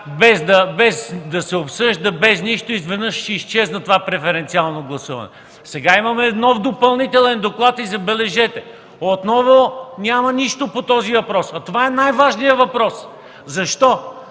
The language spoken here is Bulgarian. без да се обсъжда, без нищо и изведнъж това преференциално гласуване изчезна. Сега имаме нов допълнителен доклад и, забележете, отново няма нищо по този въпрос. Това е най-важният въпрос! Защо?